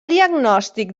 diagnòstic